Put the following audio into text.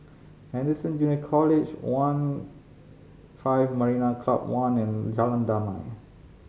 Anderson Junior College One five Marina Club One and Jalan Damai